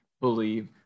believe